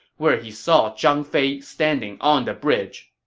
where he saw zhang fei standing on the bridge